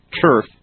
turf